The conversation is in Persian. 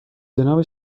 جانب